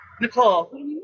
Nicole